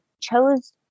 chose